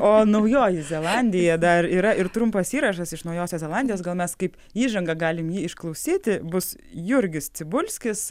o naujoji zelandija dar yra ir trumpas įrašas iš naujosios zelandijos gal mes kaip įžangą galim jį išklausyti bus jurgis cibulskis